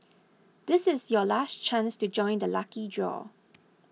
this is your last chance to join the lucky draw